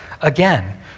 again